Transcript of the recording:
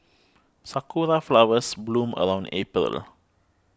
sakura flowers bloom around April